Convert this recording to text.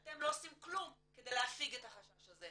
שאתם לא עושים כלום כדי להפיג את החשש הזה.